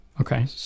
Okay